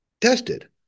tested